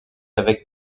avec